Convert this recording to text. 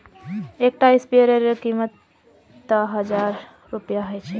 एक टा स्पीयर रे कीमत त हजार रुपया छे